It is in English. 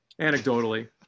anecdotally